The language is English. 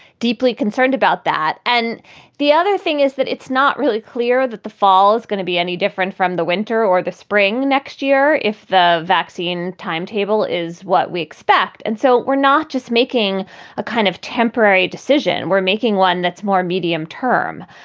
deeply concerned about that. and the other thing is that it's not really clear that the fall is going to be any different from the winter or the spring next year if the vaccine timetable is what we expect. and so we're not just making a kind of temporary decision. we're making one that's more medium term.